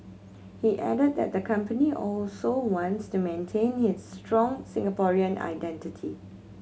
he added that the company also wants to maintain its strong Singaporean identity